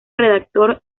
redactor